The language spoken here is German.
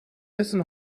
wissen